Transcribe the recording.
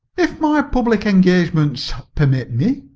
if my public engagements permit me.